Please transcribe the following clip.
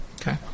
Okay